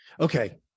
Okay